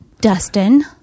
Dustin